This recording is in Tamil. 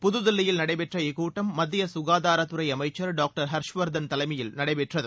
புதுதில்லியில் நடைபெற்ற இக்கூட்டம் மத்திய சுகாதாரத்துறை அமைச்சர் டாக்டர் ஹர்ஷ்வர்தன் தலைமையில் நடைபெற்றது